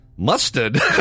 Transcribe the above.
Mustard